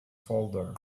folder